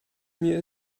mir